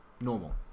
normal